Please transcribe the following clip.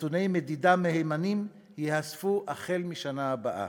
נתוני מדידה מהימנים ייאספו החל מהשנה הבאה.